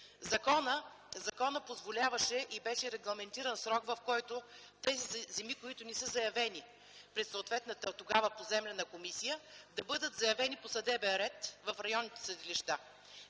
Законът позволяваше и беше регламентиран срок, в който тези земи, които не са заявени пред съответната тогава поземлена комисия, да бъдат заявени по съдебен ред в районните съдилища.